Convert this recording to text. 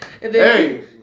Hey